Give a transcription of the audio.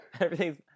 Everything's